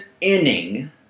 inning